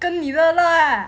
跟你的 lah